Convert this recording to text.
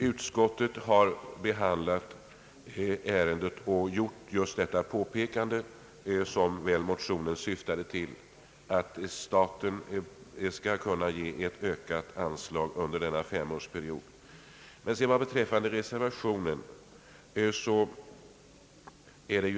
Utskottet har behandlat ärendet och gjort just det påpekande som motionerna väl syftade till, nämligen att staten skall kunna ge ett ökat anslag under ifrågavarande femårsperiod.